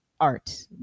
art